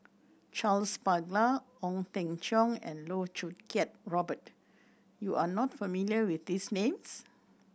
Charles Paglar Ong Teng Cheong and Loh Choo Kiat Robert you are not familiar with these names